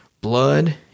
blood